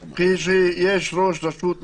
כשיש ראש רשות מנהיג,